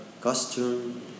costume